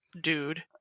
dude